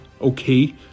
okay